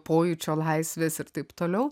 pojūčio laisvės ir taip toliau